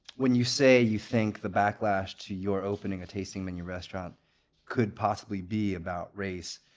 when you say you think the backlash to your opening a tasting-menu restaurant could possibly be about race.